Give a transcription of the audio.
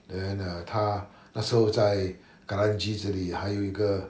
then err 他那时候在 kranji 这里还有一个